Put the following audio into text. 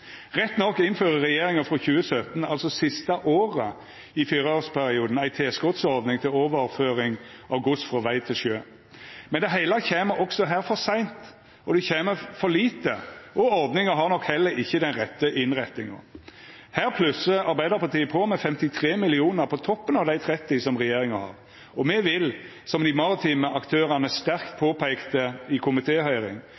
Rett nok innfører regjeringa frå 2017, altså det siste året i fireårsperioden, ei tilskotsordning til overføring av gods frå veg til sjø. Men det heile kjem også her for seint, og det kjem for lite, og ordninga har nok heller ikkje den rette innrettinga. Her plussar Arbeidarpartiet på med 53 mill. kr på toppen av dei 30 som regjeringa har, og me vil – som dei maritime aktørane sterkt